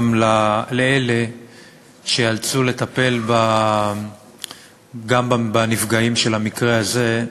גם לאלה שייאלצו לטפל בנפגעים של המקרה הזה.